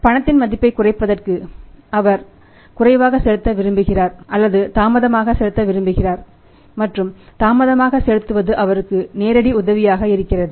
பணத்தின் மதிப்பை குறைப்பதற்கு அவர் குறைவாக செலுத்த விரும்புகிறார் அல்லது தாமதமாக செலுத்த விரும்புகிறார் மற்றும் தாமதமாக செலுத்துவது அவருக்கு நேரடி உதவியாக இருக்கிறது